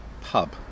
pub